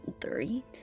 three